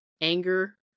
anger